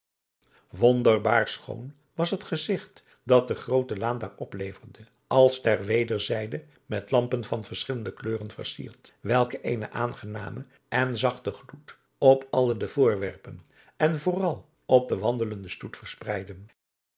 wonderbaar schoon was het gezigt dat de groote laan daar opleverde als ter wederzijde met lampen van verschillende kleuren versierd welke eenen aangenamen en zachten gloed op alle de voorwerpen en vooral op den